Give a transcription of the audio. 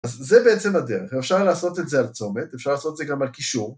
אז זה בעצם הדרך, אפשר לעשות את זה על צומת, אפשר לעשות את זה גם על קישור